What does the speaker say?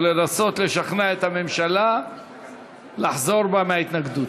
או לנסות לשכנע את הממשלה לחזור בה מההתנגדות.